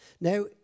Now